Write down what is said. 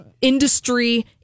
industry